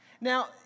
Now